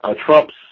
Trump's